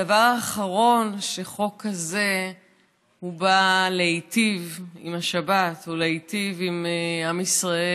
הדבר האחרון שחוק כזה בא זה להיטיב עם השבת ולהיטיב עִם עם ישראל.